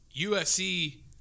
USC